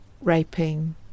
raping